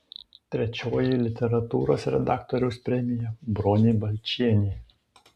trečioji literatūros redaktoriaus premija bronei balčienei